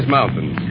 Mountains